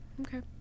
okay